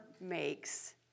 makes